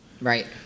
Right